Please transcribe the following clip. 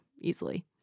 easily